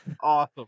Awesome